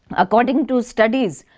according to studies,